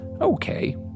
Okay